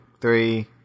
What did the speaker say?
three